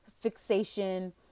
fixation